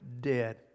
dead